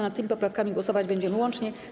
Nad tymi poprawkami głosować będziemy łącznie.